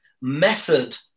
method